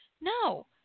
No